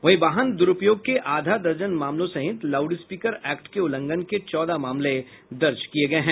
वहीं वाहन दुरूपयोग के आधा दर्जन मामलो सहित लाउडस्पीकर एक्ट के उल्लंघन के चौदह मामले दर्ज किये गये हैं